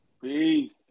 Peace